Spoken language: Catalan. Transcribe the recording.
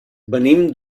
venim